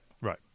Right